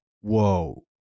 Whoa